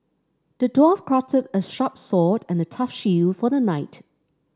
the dwarf crafted a sharp sword and a tough shield for the knight